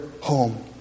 home